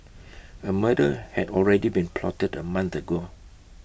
A murder had already been plotted A month ago